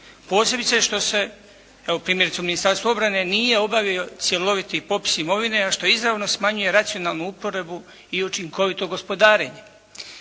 posebice što se evo primjerice u Ministarstvu obrane nije obavio cjeloviti popis imovine a što izravno smanjuje racionalnu uporabu i učinkovito gospodarenje.